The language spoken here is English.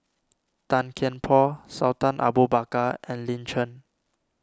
Tan Kian Por Sultan Abu Bakar and Lin Chen